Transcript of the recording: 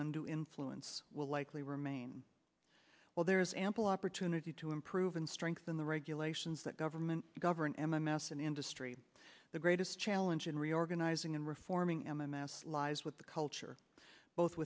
to influence will likely remain well there is ample opportunity to improve and strengthen the regulations that government govern m m s and industry the greatest challenge in reorganizing and reforming m m s lies with the culture both